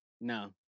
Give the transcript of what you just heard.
No